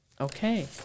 Okay